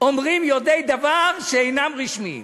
אומרים יודעי דבר שאינם רשמיים.